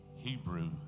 Hebrew